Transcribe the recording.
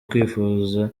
kwifuza